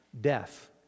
death